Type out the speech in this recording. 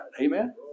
Amen